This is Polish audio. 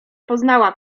poznała